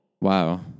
Wow